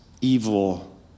evil